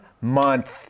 month